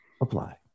apply